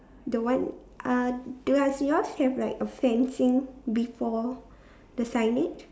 the one uh does yours have a fencing before the signage